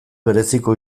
bereziko